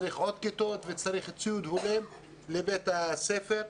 צריך עוד כיתות וצריך ציוד הולם לבית הספר.